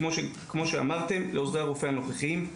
כמו שאמרתם לעוזרי הרופא הנוכחיים,